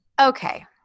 okay